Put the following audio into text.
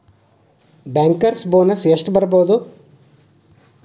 Bankers bonus ಎಷ್ಟ್ ಬರ್ಬಹುದು?